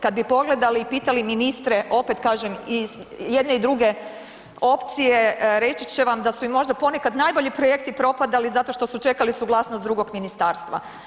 Kad bi pogledali i pitali ministre, opet kažem i jedne druge opcije, reći će vam da su im možda ponekad najbolji projekti propadali zato što su čekali suglasnost drugog ministarstva.